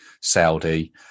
Saudi